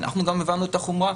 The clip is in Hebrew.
אנחנו גם הבנו את החומרה.